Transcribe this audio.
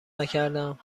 نکردم